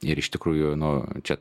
ir iš tikrųjų nuo čia